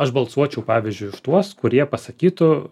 aš balsuočiau pavyzdžiui už tuos kurie pasakytų